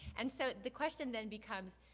and so, the question then becomes,